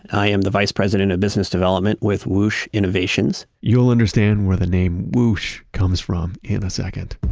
i am the vice president of business development with woosh innovations. you'll understand where the name woosh comes from in a second.